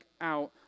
out